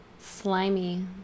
Slimy